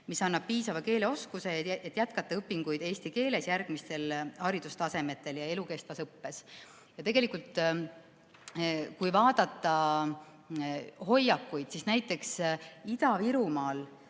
mis annab piisava keeleoskuse, et jätkata õpinguid eesti keeles järgmistel haridustasemetel ja elukestvas õppes. Ja kui vaadata hoiakuid, siis näiteks Ida-Virumaal